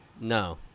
No